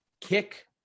kick